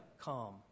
calm